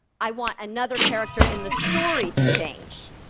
i want another character in the story to change.